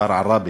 כפר עראבה,